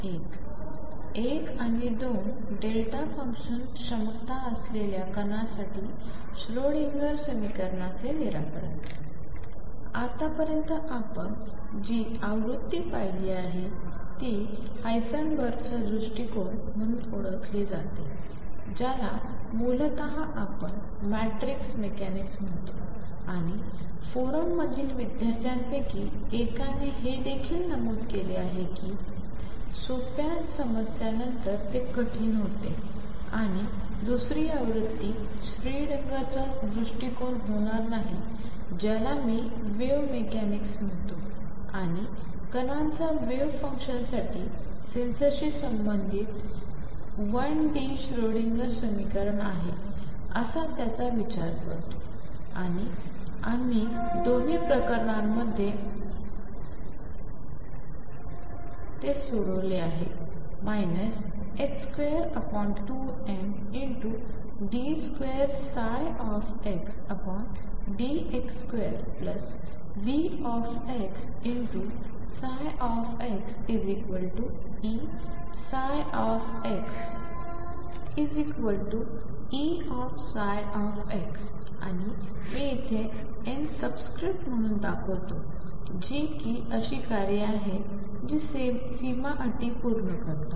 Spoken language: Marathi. एक आणि दोन डेल्टा फंक्शन क्षमता असलेल्या कणासाठी श्रोडिंगर समीकरणाचे निराकरण आतापर्यंत आपण जी आवृत्ती पहिली आहे ती हायसेनबर्गचा दृष्टिकोन म्हणून ओळखली जाते ज्याला मूलत आपण मॅट्रिक्स मेकॅनिक्स म्हणतो आणि फोरममधील विद्यार्थ्यांपैकी एकाने हे देखील नमूद केले की काही सोप्या समस्यांनंतर ते कठीण होते आणि दुसरी आवृत्ती श्रोडिंगरचा दृष्टिकोन होणार नाही ज्याला मी वेव्ह मेकॅनिक्स म्हणतो आणि कणांचा वेव्ह फंक्शनसाठी सेन्सरशी संबंधित 1 डी श्रोडिंगर समीकरण आहेअसा त्याचा विचार करतो आणि आम्ही दोन प्रकरणांमध्ये ते सोडवले आहे 22md2xdx2VxxEψ आणि मी येथे n सबस्क्रिप्ट म्हणून दाखवतो जी की अशी कार्ये आहेत जी सीमा अटी पूर्ण करतात